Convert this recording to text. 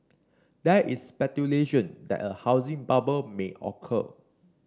there is speculation that a housing bubble may occur